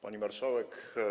Pani Marszałek!